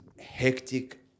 hectic